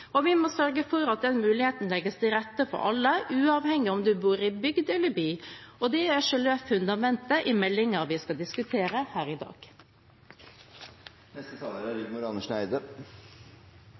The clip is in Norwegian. Vi må sørge for at den muligheten legges til rette for alle, uavhengig av om man bor i bygd eller by, og det er selve fundamentet i meldingen vi skal diskutere her i dag Det er positivt at vi er